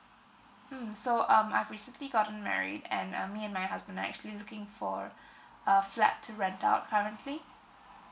mm so um I've recently gotten married and uh me and my husband are actually looking for a flat to rent out currently